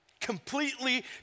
Completely